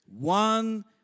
one